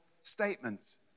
statements